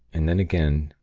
and then again,